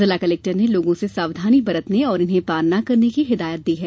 जिला कलेक्टर ने लोगों से सावधानी बरतने और इन्हें पार न करने की हिदायत दी है